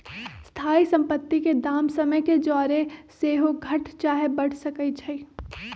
स्थाइ सम्पति के दाम समय के जौरे सेहो घट चाहे बढ़ सकइ छइ